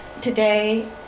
today